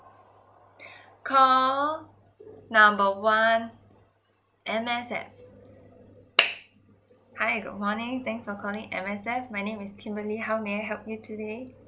call number one M_S_F hi good morning thanks for calling M_S_F my name is kimberly how may I help you today